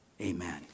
amen